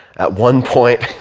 at one point,